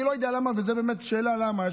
אני לא יודע למה, וזו באמת שאלה למה.